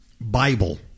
Bible